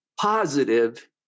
positive